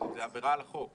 זה עבירה על החוק.